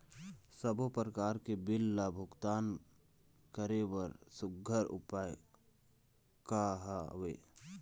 सबों प्रकार के बिल ला भुगतान करे बर सुघ्घर उपाय का हा वे?